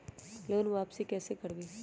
Loan वापसी कैसे करबी?